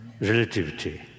Relativity